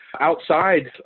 outside